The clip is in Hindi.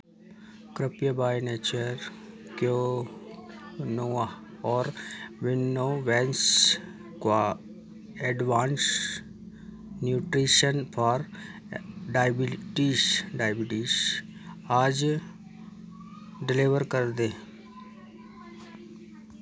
कृपया बाय नेचर क्विनोआ और विनावैंस का advanced nutrition for diabetes diabetes आज डिलीवर कर दें